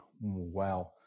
wow